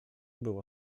było